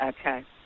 okay